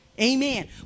Amen